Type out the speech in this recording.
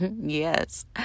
Yes